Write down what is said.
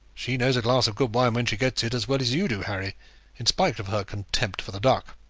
she knows a glass of good wine when she gets it, as well as you do, harry in spite of her contempt for the duck.